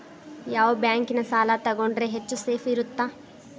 ಯಾವ ಬ್ಯಾಂಕಿನ ಸಾಲ ತಗೊಂಡ್ರೆ ಹೆಚ್ಚು ಸೇಫ್ ಇರುತ್ತಾ?